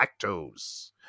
lactose